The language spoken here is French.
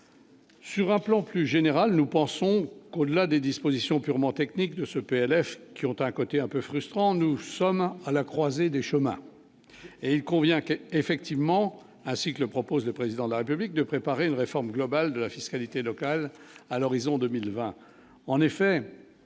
Sur un plan plus général, nous pensons qu'au-delà des dispositions purement technique de ce PLF qui ont un côté un peu frustrant, nous sommes à la croisée des chemins et il convient que, effectivement, ainsi que le propose le président de la République de préparer une réforme globale de la fiscalité locale à l'horizon 2020